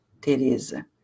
Teresa